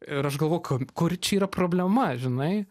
ir aš galvoju kam kur čia yra problema žinai